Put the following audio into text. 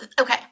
Okay